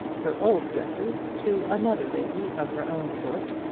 her old dresses to another lady of her own sort,